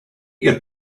your